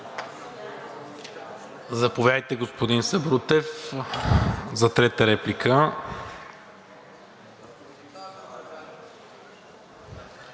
Заповядайте, господин Сабрутев, за трета реплика.